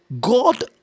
God